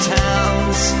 towns